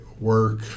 work